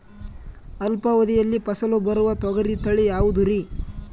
ಅಲ್ಪಾವಧಿಯಲ್ಲಿ ಫಸಲು ಬರುವ ತೊಗರಿ ತಳಿ ಯಾವುದುರಿ?